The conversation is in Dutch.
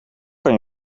kan